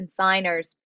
consigners